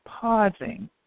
pausing